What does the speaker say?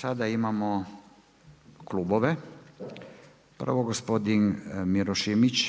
Sada imamo klubove. Prvo gospodin Miro Šimić